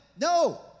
No